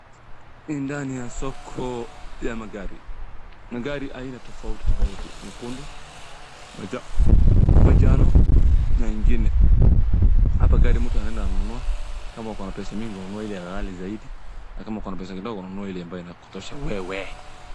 Ni ndani ya soko ya magari. Magari aina tofauti tofauti. Nyekundu, majano na ingine. Hapa gari mtu anaenda ananunua kama uko na pesa minhi unanunua ile ya ghali zaidi akam uko na pesa kidogo unanunua ile ambaye inakutosha wewe.